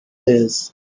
lose